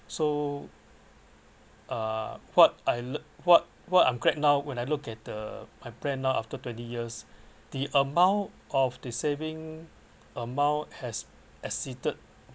so uh what I lea~ what what I'm great now when I look at the my plan now after twenty years the amount of the saving amount has exceeded